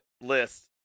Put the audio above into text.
list